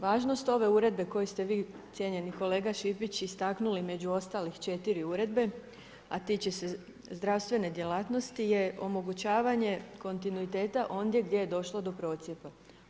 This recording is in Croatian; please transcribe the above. Važnost ove uredbe koju ste vi, cijenjeni kolega Šipić istaknuli među ostalih 4 uredbe, a tiče se zdravstvene djelatnosti je omogućavanje kontinuiteta ondje gdje je došlo do procijepa.